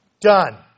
Done